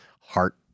heart